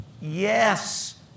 Yes